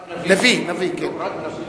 נביא, כן.